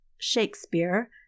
Shakespeare